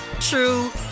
true